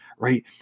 right